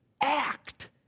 act